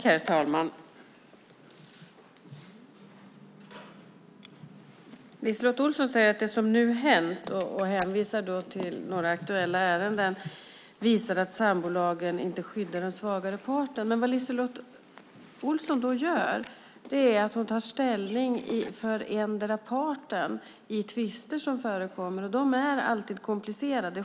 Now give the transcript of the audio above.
Herr talman! LiseLotte Olsson säger att det som nu hänt, och hänvisar till några aktuella ärenden, visar att sambolagen inte skyddar den svagare parten. Vad LiseLotte Olsson då gör är att ta ställning för endera parten i tvister som förekommer, och de är alltid komplicerade.